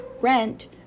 rent